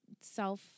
self